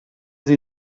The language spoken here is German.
sie